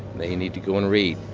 they need to go and read